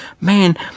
man